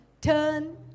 turn